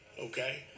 okay